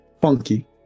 funky